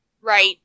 Right